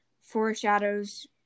foreshadows